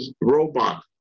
robot